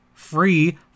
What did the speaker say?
free